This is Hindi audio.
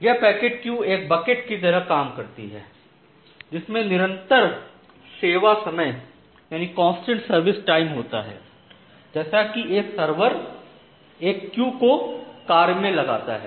यह पैकेट क्यू एक बकेट की तरह काम करती है जिसमें निरंतर सेवा समय होता है जैसा कि एक सर्वर एक क्यू को कार्य में लाता है